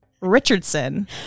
richardson